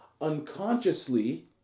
unconsciously